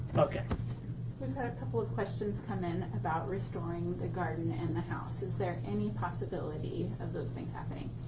okay. we've had a couple of questions come in about restoring the garden and the house. is there any possibility of those things happening?